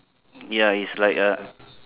ya it's like a